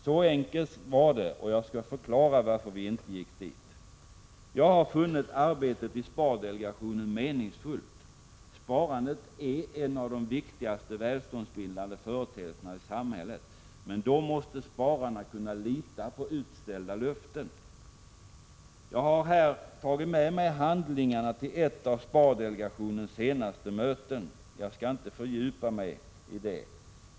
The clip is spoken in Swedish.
Så enkelt var det, och jag skall förklara varför jag inte gick dit. Jag har funnit arbetet i Spardelegationen meningsfullt. Sparandet är en av de viktigaste välståndsbildande företeelserna i samhället. Men då måste spararna kunna lita på utställda löften. Här har jag med mig handlingarna till ett av Spardelegationens senaste möten. Jag skall inte fördjupa mig i detta.